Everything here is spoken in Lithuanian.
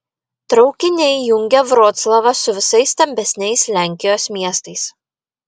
traukiniai jungia vroclavą su visais stambesniais lenkijos miestais